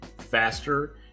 faster